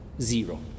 zero